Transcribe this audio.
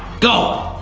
go.